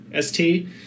ST